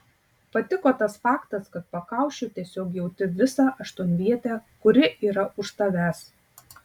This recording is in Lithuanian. patiko tas faktas kad pakaušiu tiesiog jauti visą aštuonvietę kuri yra už tavęs